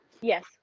Yes